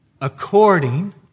according